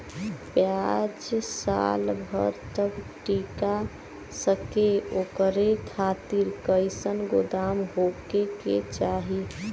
प्याज साल भर तक टीका सके ओकरे खातीर कइसन गोदाम होके के चाही?